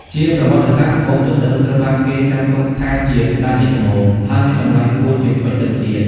ជាប្រវត្តិសាស្ត្រ ត្បូងទទឹមត្រូវបានគេចាត់ទុកថាជា "ស្តេចនៃត្បូង" ហើយមានតម្លៃខ្ពស់ជាងពេជ្រទៅទៀត។